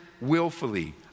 willfully